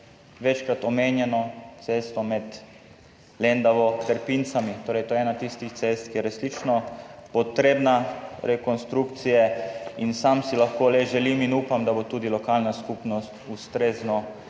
večkrat omenjeno cesto med Lendavo in Pincami. To je ena tistih cest, ki je resnično potrebna rekonstrukcije. In sam si lahko le želim in upam, da bo tudi lokalna skupnost ustrezno odreagirala.